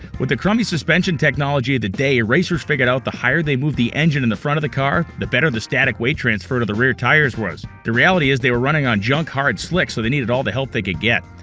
with the crummy suspension technology of the day, racers figured out the higher they moved the engine in the front of the car, the better the static weight transfer to the rear tires was. the reality is, they were running on junk hard slicks, so they needed all the help they could get.